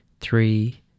Three